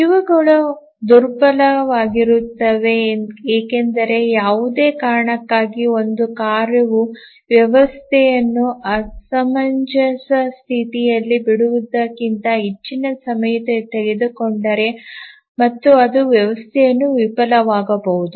ಇವುಗಳು ದುರ್ಬಲವಾಗಿರುತ್ತವೆ ಏಕೆಂದರೆ ಯಾವುದೇ ಕಾರಣಕ್ಕಾಗಿ ಒಂದು ಕಾರ್ಯವು ವ್ಯವಸ್ಥೆಯನ್ನು ಅಸಮಂಜಸ ಸ್ಥಿತಿಯಲ್ಲಿ ಬಿಡುವುದಕ್ಕಿಂತ ಹೆಚ್ಚಿನ ಸಮಯ ತೆಗೆದುಕೊಂಡರೆ ಮತ್ತು ಅದು ವ್ಯವಸ್ಥೆಯು ವಿಫಲವಾಗಬಹುದು